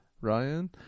Ryan